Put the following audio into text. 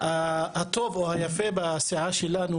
הטוב או היפה בסיעה שלנו,